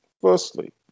Firstly